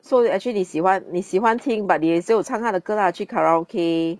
so you actually 你喜欢你喜欢听 but 你也是有唱她的歌啊去 karaoke